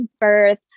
birth